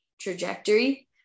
trajectory